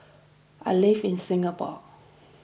I live in Singapore